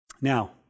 Now